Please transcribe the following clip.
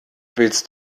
willst